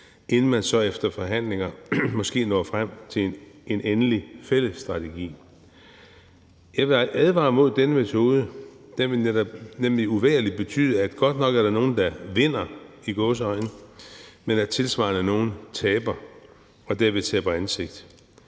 inden man så efter forhandlinger måske når frem til en endelig fælles strategi. Jeg vil advare mod denne metode. Den vil nemlig uvægerlig betyde, at godt nok er der nogle, der vinder – i gåseøjne – men tilsvarende er der nogle, der taber og derved taber ansigt.